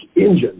engine